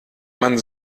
man